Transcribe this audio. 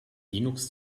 linux